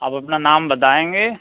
आप अपना नाम बताएंगे